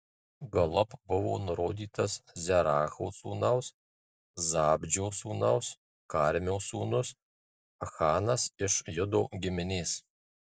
galop buvo nurodytas zeracho sūnaus zabdžio sūnaus karmio sūnus achanas iš judo giminės